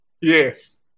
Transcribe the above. yes